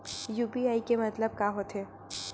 UPI के मतलब का होथे?